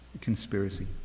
conspiracy